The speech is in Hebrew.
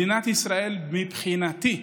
מדינת ישראל, מבחינתי,